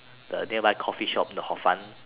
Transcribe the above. the nearby Coffee shop the hor-fun